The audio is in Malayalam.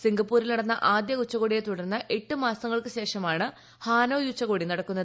സിംഗപ്പൂരിൽ നടന്ന ആദ്യ ഉച്ചകോടിയെ തുടർന്ന് എട്ട് മാസങ്ങൾക്ക് ശേഷമാണ് ഹാനോയ് ഉച്ചകോടി നടക്കുന്നത്